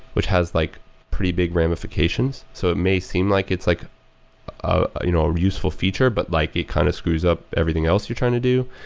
which has like pretty big ramifications so it may seem like it's like ah you know a useful feature, but like it kind of screws up everything else you're trying to do.